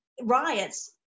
riots